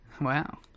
Wow